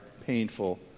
painful